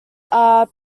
are